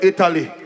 Italy